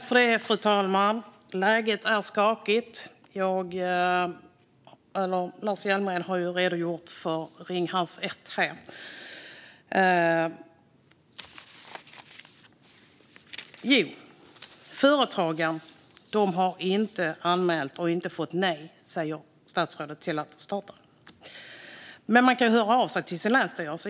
Fru talman! Läget är skakigt. Lars Hjälmered har redogjort för Ringhals 1 här. Statsrådet säger att företagen inte har anmält och fått nej till att starta. Men man kan ju kan höra av sig till sin länsstyrelse.